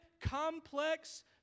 complex